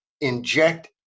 inject